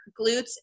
glutes